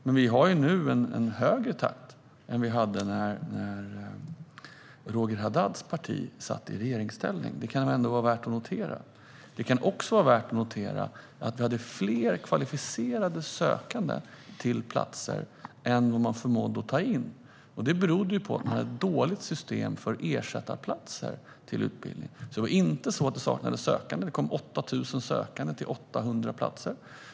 Men vi har en högre takt nu än när Roger Haddads parti satt i regeringsställning. Det kan ändå vara värt att notera. Det kan också vara värt att notera att vi hade fler kvalificerade sökande till platserna än vad man förmådde ta in, och det berodde på att man har ett dåligt system för ersättarplatser på utbildningen. Det var alltså inte så att det saknades sökande; det kom 8 000 ansökningar till 800 platser.